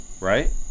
right